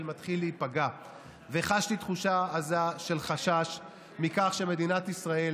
מתחיל להיפגע וחשתי תחושה עזה של חשש מכך שמדינת ישראל